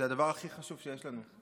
זה הדבר הכי חשוב שיש לנו,